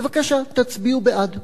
בבקשה, תצביעו בעד.